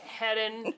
heading